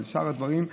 אבל בשאר הדברים,